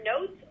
notes